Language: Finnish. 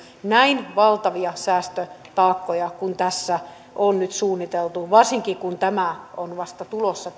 näin valtavia säästötaakkoja kuin tässä on nyt suunniteltu varsinkin kun tämä päivähoitomaksujen muutos on vasta tulossa